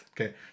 Okay